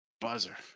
buzzer